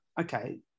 okay